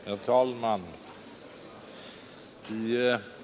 Herr talman!